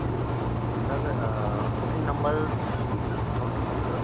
जी sir sir booking number note कीजिए sir